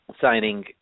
signing